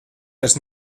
vairs